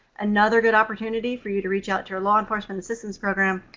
another good opportunity for you to reach out to your law enforcement assistance program